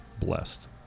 blessed